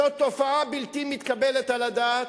זאת תופעה בלתי מתקבלת על הדעת,